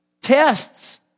Tests